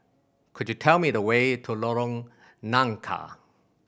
could you tell me the way to Lorong Nangka